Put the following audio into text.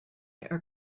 are